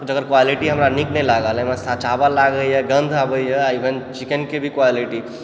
जेकर क्वालिटी हमरा नीक नइँ लागल एइमे लागइयऽ गन्ध आबइयऽ आ इवेन चिकेन के भी क्वालिटी